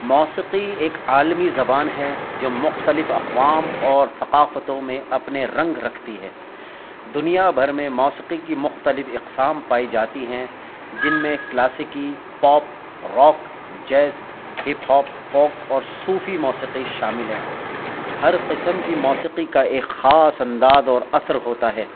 موسیقی ایک عالمی زبان ہے جو مختلف اقوام اور ثقافتوں میں اپنے رنگ رکھتی ہے دنیا بھر میں موسیقی کی مختلف اقسام پائی جاتی ہیں جن میں کلاسکی pop rock jazz hip hop folk اور صوفی موسیقی شامل ہیں ہر قسم کی موسیقی کا ایک خاص انداز اور اثر ہوتا ہے